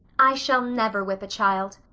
i shall never whip a child,